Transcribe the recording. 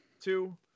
two